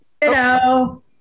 Hello